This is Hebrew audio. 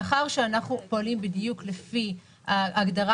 מאחר שאנחנו פועלים בדיוק לפי ההגדרה